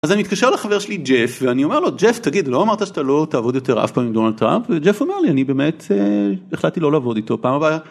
אז אני מתקשר לחבר שלי ג'ף ואני אומר לו ג'ף תגיד לא אמרת שאתה לא תעבוד יותר אף פעם עם דונלד טראמפ וג'ף אומר לי אני באמת החלטתי לא לעבוד איתו פעם הבאה.